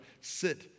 sit